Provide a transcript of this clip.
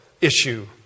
issue